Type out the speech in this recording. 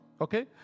Okay